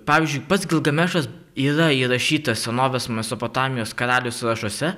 pavyzdžiui pats gilgamešas yra įrašytas senovės mesopotamijos karalių sąrašuose